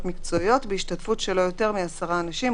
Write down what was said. מקצועיות בהשתתפות של לא יותר מ-10 אנשים,